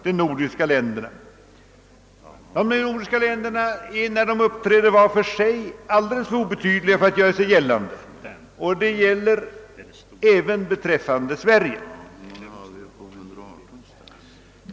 De nordiska länderna är när de uppträder var för sig alldeles för obetydliga för att göra sig gällande, och det gäller även beträffande Sverige.